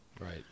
Right